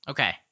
Okay